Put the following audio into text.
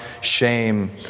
shame